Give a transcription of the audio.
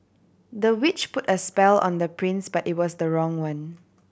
the witch put a spell on the prince but it was the wrong one